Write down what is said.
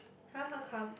!huh! how come